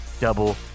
double